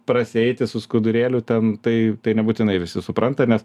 prasieiti su skudurėliu ten tai tai nebūtinai visi supranta nes